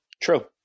True